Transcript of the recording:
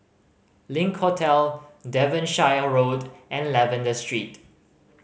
Link Hotel Devonshire Road and Lavender Street